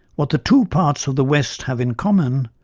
what the two parts of the west have in common,